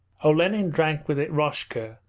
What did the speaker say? olenin drank with eroshka,